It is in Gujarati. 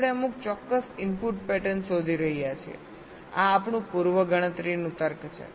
આપણે અમુક ચોક્કસ ઇનપુટ પેટર્ન શોધી રહ્યા છીએઆ આપણું પૂર્વ ગણતરીનું તર્ક છે